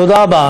תודה רבה.